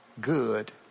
good